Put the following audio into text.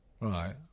Right